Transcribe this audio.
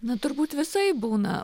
na turbūt visaip būna